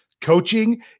Coaching